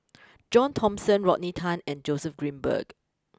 John Thomson Rodney Tan and Joseph Grimberg